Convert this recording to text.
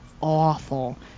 awful